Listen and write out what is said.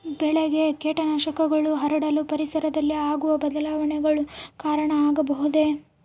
ಬೆಳೆಗೆ ಕೇಟನಾಶಕಗಳು ಹರಡಲು ಪರಿಸರದಲ್ಲಿ ಆಗುವ ಬದಲಾವಣೆಗಳು ಕಾರಣ ಆಗಬಹುದೇ?